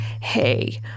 hey